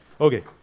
Okay